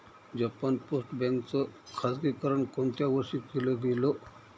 Japan post bank च खाजगीकरण कोणत्या वर्षी केलं गेलं?